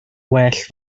well